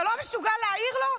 אתה לא מסוגל להעיר לו?